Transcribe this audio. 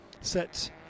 set